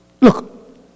look